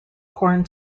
corn